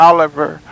Oliver